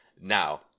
Now